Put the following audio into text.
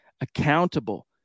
accountable